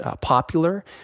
popular